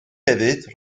hefyd